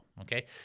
Okay